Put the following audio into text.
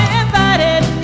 invited